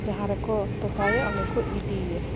ᱡᱟᱦᱟᱸ ᱨᱮᱠᱚ ᱛᱚᱯᱟᱭᱮᱭᱟ ᱚᱸᱰᱮ ᱠᱚ ᱤᱫᱤᱭᱮᱭᱟ